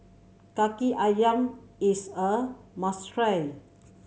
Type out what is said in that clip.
Kaki Ayam is a must try